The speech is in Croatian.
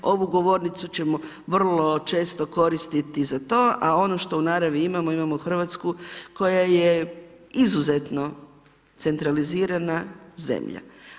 Ovu govornicu ćemo vrlo često koristiti za to, a ona što u naravi imamo, imamo Hrvatsku koja je izuzetno centralizirana zemlja.